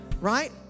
Right